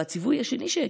והציווי השני,